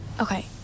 okay